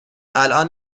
الان